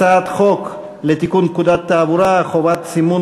הצעת חוק לתיקון פקודת התעבורה (חובת סימון